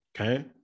Okay